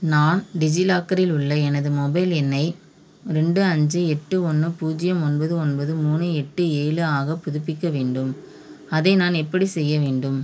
நான் டிஜிலாக்கரில் உள்ள எனது மொபைல் எண்ணை ரெண்டு அஞ்சு எட்டு ஒன்று பூஜ்ஜியம் ஒன்பது ஒன்பது மூணு எட்டு ஏழு ஆக புதுப்பிக்க வேண்டும் அதை நான் எப்படிச் செய்ய வேண்டும்